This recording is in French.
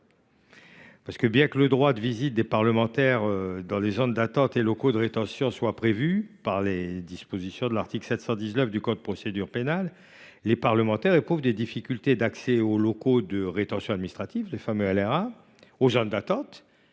oui ! Bien que le droit de visite des parlementaires dans les zones d’attente et les locaux de rétention soit prévu par les dispositions de l’article 719 du code de procédure pénale, les parlementaires éprouvent des difficultés pour accéder aux locaux de rétention administrative, aux zones d’attente